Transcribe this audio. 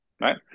Right